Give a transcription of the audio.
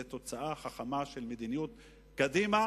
כל זה תוצאה חכמה של מדיניות קדימה